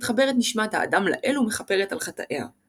מתחברת נשמת האדם לאל ומכפרת על חטאיה.